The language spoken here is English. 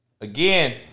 Again